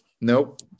Nope